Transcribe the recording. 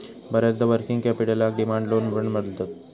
बऱ्याचदा वर्किंग कॅपिटलका demand loan पण बोलतत